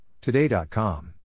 Today.com